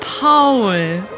Paul